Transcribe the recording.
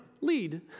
lead